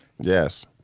Yes